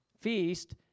feast